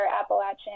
Appalachian